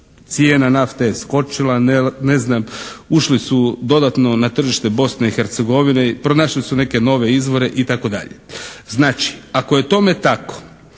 Cijena nafte je skočila, ne znam, ušli su dodatno na tržište Bosne i Hercegovine, pronašli su neke nove izvore, itd. Znači, ako je tome tako,